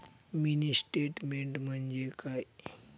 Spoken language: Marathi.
मिनी स्टेटमेन्ट म्हणजे काय?